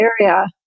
area